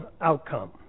outcome